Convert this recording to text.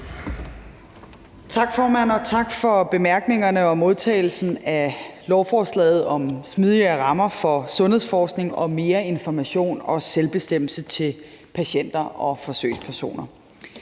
Tak, formand, og tak for bemærkningerne og modtagelsen af lovforslaget om smidigere rammer for sundhedsforskning og mere information og selvbestemmelse til patienter og forsøgspersoner.